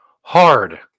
hard